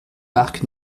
parcs